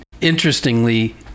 interestingly